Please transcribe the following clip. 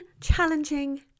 challenging